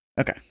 Okay